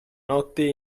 notte